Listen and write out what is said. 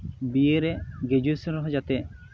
ᱵᱤᱭᱮ ᱨᱮ ᱜᱨᱮᱡᱩᱭᱮᱥᱚᱱ ᱨᱮᱦᱚᱸ ᱡᱟᱛᱮ